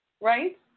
Right